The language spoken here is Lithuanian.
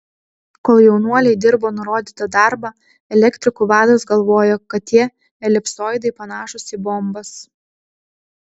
kol jaunuoliai dirbo nurodytą darbą elektrikų vadas galvojo kad tie elipsoidai panašūs į bombas